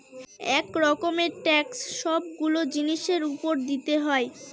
এক রকমের ট্যাক্স সবগুলো জিনিসের উপর দিতে হয়